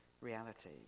reality